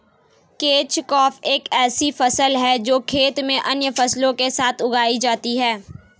catch crop एक ऐसी फसल है जो खेत में अन्य फसलों के साथ उगाई जाती है